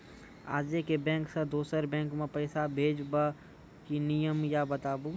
आजे के बैंक से दोसर बैंक मे पैसा भेज ब की नियम या बताबू?